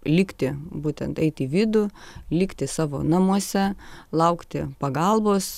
likti būtent eit į vidų likti savo namuose laukti pagalbos